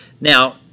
Now